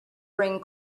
bring